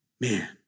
Man